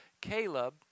Caleb